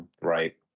right